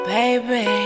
Baby